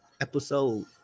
Episode